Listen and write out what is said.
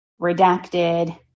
redacted